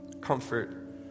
comfort